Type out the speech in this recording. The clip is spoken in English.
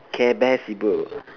care bear sibo